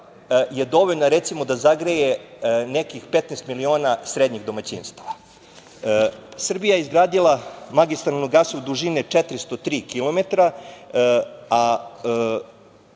je dovoljna, recimo da zagreje nekih 15 miliona srednjih domaćinstava. Srbija je izgradila magistralni gasovod dužine 403 kilometra, a